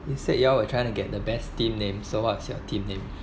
instead you all were trying to get the best team names so what's your team name